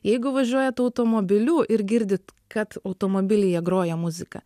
jeigu važiuojat automobiliu ir girdit kad automobilyje groja muzika